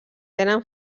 tenen